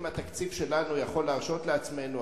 אם התקציב שלנו יכול להרשות לעצמנו,